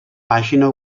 pàgina